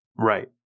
Right